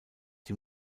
die